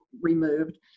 removed